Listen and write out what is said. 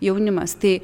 jaunimas tai